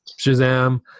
Shazam